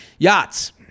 yachts